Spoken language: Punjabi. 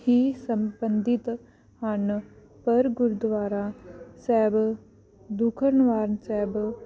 ਹੀ ਸੰਬੰਧਿਤ ਹਨ ਪਰ ਗੁਰਦੁਆਰਾ ਸਾਹਿਬ ਦੁਖਨਿਵਾਰਨ ਸਾਹਿਬ